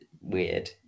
weird